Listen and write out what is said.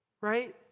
right